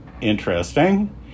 interesting